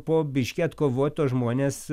po biškį atkovot tuos žmones